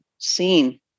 Seen